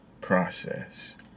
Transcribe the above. process